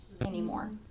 anymore